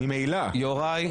יוראי.